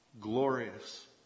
glorious